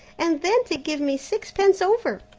and then to give me sixpence over.